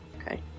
Okay